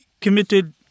committed